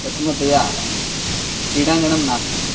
प्रथमतया क्रीडाङ्गणं नास्ति